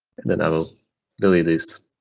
then i'll delete this